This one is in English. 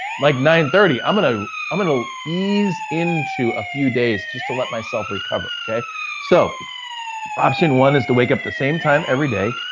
like nine thirty. i'm gonna i'm gonna ease into a few days just to let myself recover. so option one is to wake up the same time every day,